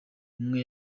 umwe